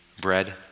bread